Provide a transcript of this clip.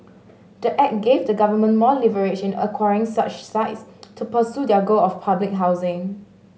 the act gave the government more leverage in acquiring such sites to pursue their goal of public housing